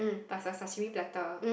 plus a sashimi platter